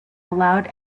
allowed